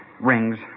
Rings